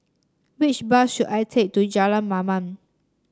which bus should I take to Jalan Mamam